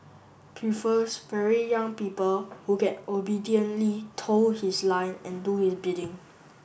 prefers very young people who can obediently toe his line and do his bidding